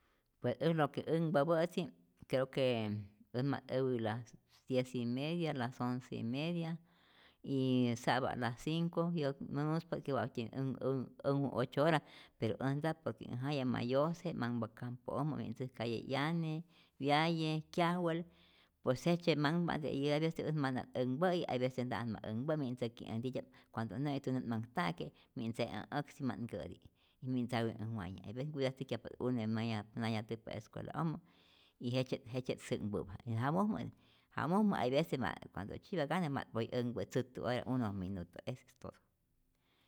Pue äj lo que änpapä'tzi' creo que äj ma't äwi las diez y media las once y media y sa'pa't las cinco, y ät ät muspa't wa'tyä änh änhu ocho hora pero äj nta por que äj jaya ma yose, manhpa campo'ojmä nä't ntzäjkayu 'yane, wyaye, kyajwel, pues jejtzye manhpa'nte y ä hay veces mana't änhpä'i y hay veces nta'at ma änhpä', mi't ntzyäki äj ntitya'p, cuanto't nä'ijtu nä't manh ta'ke', mi't ntze' äj äksi, manh nkä'ti, mi't ntzawe äj waye, hay veces cuidatzäjkyajpa't une' maya nayajtäjpa escuela'ojmä y jejtzye't jejtzye't sä'nhpäpa y jamojmä jamojmä hay vece ma't cuando't tzyi'pa gana ma't poy änhpä tzätä'ora unos minutos, es todo.